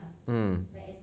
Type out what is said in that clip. mm